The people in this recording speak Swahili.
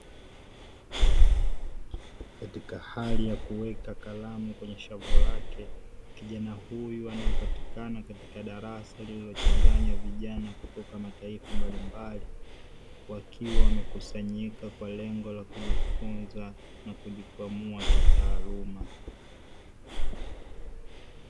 Katika hali ya kuweka kalamu kwenye shavu lake, kijana huyu anayepatikana katika darasa lililochanganya vijana kutoka mataifa mbalimbali, wakiwa wamekusanyika kwa lengo ya kujifunza na kujikwamua kitaaluma.